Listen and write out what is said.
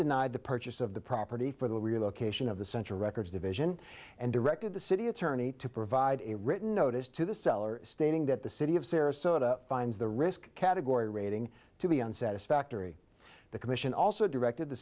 denied the purchase of the property for the relocation of the central records division and directed the city attorney to provide a written notice to the seller stating that the city of sarasota finds the risk category rating to be on satisfactory the commission also directed the